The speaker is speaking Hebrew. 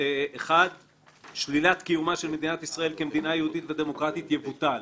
המילים "שלילת קיומה של מדינת ישראל כמדינה יהודית ודמוקרטית" יבוטלו.